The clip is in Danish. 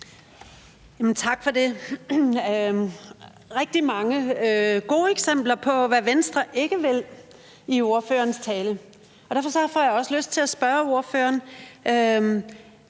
Tak for det. Der var rigtig mange gode eksempler på, hvad Venstre ikke vil, i ordførerens tale, og derfor får jeg også lyst til at spørge ordføreren: